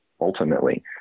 ultimately